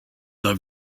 love